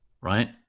right